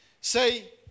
say